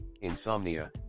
insomnia